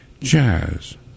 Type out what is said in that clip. jazz